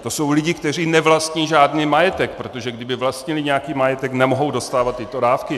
To jsou lidé, kteří nevlastní žádný majetek, protože kdyby vlastnili nějaký majetek, nemohou dostávat tyto dávky.